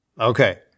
Okay